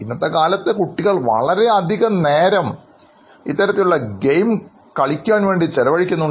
ഇന്നത്തെ കാലത്ത് കുട്ടികൾ വളരെ അധികം നേരം ഉപകരണങ്ങളുപയോഗിച്ച് കളിക്കുന്നു